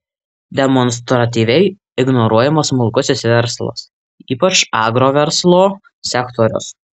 demonstratyviai ignoruojamas smulkusis verslas ypač agroverslo sektorius